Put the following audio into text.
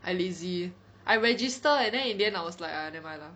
I lazy I register and then in the end I was like !aiya! nevermind lah